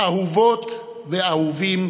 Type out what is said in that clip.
אהובות ואהובים,